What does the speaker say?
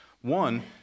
One